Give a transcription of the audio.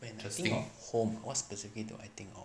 think of home what specifically do I think of